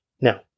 Now